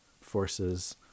forces